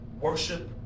worship